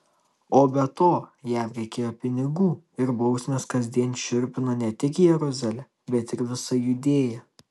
o be to jam reikėjo pinigų ir bausmės kasdien šiurpino ne tik jeruzalę bet ir visą judėją